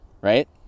right